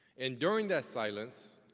and during that silence,